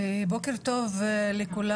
בוקר טוב לכולם.